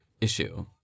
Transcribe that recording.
issue